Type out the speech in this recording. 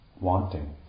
Wanting